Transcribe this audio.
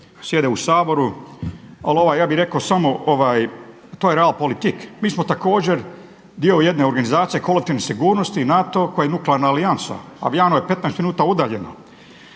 sjede u Saboru. Ali ja bih rekao samo to je real politika. Mi smo također dio jedne organizacije kolektivne sigurnosti i NATO koji je nuklearna aliansa. … je 15 minuta udaljeno.